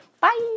Bye